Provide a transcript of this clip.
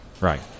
right